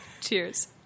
Cheers